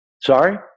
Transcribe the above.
Sorry